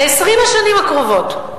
ל-20 השנים הקרובות,